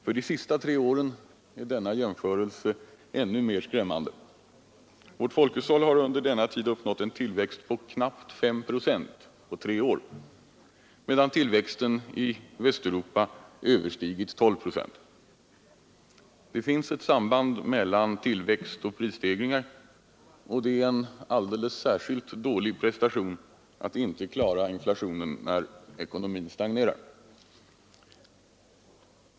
För de sista tre åren är denna jämförelse ännu mer skrämmande. Vårt folkhushåll har under denna tid uppnått en tillväxt på knappt 5 procent, medan tillväxten i Västeuropa överstigit 12 procent. Det finns ett samband mellan tillväxt och prisstegringar och det är en särskilt dålig prestation att inte klara inflationen när ekonomin stagnerar.